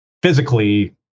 physically